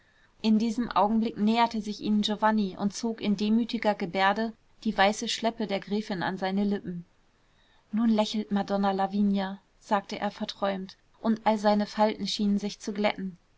in diesem augenblick näherte sich ihnen giovanni und zog in demütiger gebärde die weiße schleppe der gräfin an seine lippen nun lächelt madonna lavinia sagte er verträumt und all seine falten schienen sich zu glätten